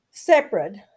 Separate